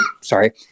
sorry